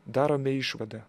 darome išvadą